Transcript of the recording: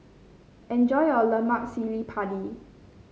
enjoy your Lemak Cili Padi